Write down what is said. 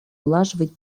улаживать